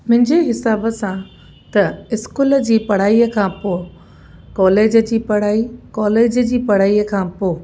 मुंहिंजे हिसाब सां त स्कूल जी पढ़ाईअ खां पो कॉलेज जी पढ़ाई कॉलेज जी पढ़ाईअ खां पोइ